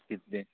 कितले